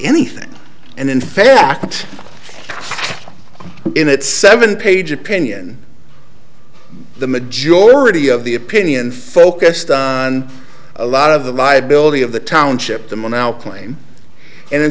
anything and in fact in its seven page opinion the majority of the opinion focused on a lot of the viability of the township the more now claim and in